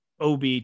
OB